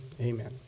amen